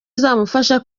izamufasha